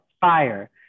fire